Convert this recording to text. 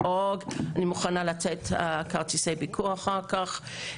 אני מוכנה לתת כרטיסי ביקור אחר כך.